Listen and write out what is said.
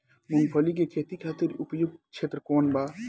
मूँगफली के खेती खातिर उपयुक्त क्षेत्र कौन वा?